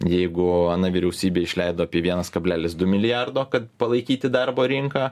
jeigu ana vyriausybė išleido apie vienas kablelis du milijardo kad palaikyti darbo rinką